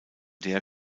der